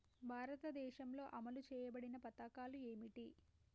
భారతదేశంలో అమలు చేయబడిన పథకాలు ఏమిటి?